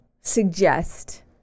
suggest